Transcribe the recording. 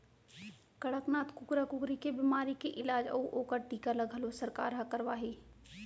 कड़कनाथ कुकरा कुकरी के बेमारी के इलाज अउ ओकर टीका ल घलौ सरकार हर करवाही